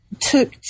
took